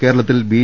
കേരളത്തിൽ ബി